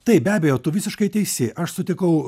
taip be abejo tu visiškai teisi aš sutikau